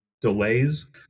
delays